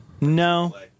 No